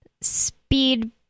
speed